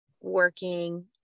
working